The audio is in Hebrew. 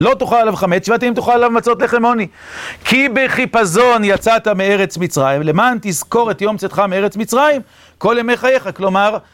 "לא תאכל עליו חמץ, שבעת ימים תאכל עליו מצות לחם עוני. כי בחפזון יצאת מארץ מצרים, למען תזכור את יום צאתך מארץ מצרים כל ימי חייך", כלומר...